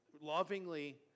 lovingly